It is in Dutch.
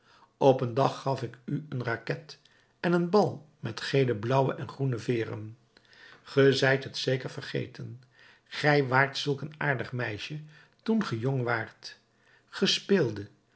op een dag gaf ik u een raket en een bal met gele blauwe en groene veeren ge zijt het zeker vergeten gij waart zulk een aardig meisje toen ge jong waart